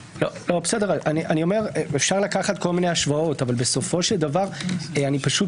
אפשר לקחת כל מיני השוואות אבל בסופו של דבר אני פשוט